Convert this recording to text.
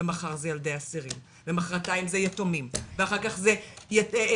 ומחר זה ילדי אסירים, ומחרתיים זה יתומים.